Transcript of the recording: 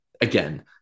again